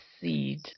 seed